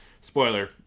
spoiler